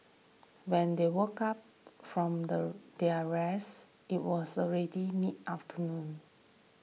when they woke up from the their rest it was already mid afternoon